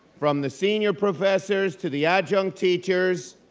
from the senior professors to the adjunct teachers,